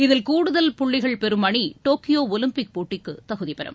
இதில் கூடுதல் புள்ளிகள் பெறும் அணி டோக்கியோ ஒலிம்பிக் போட்டிக்கு தகுதி பெறும்